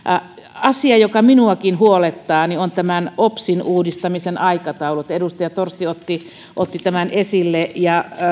asia joka minuakin huolettaa on tämä opsin uudistamisen aikataulu edustaja torsti otti otti tämän esille